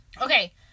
Okay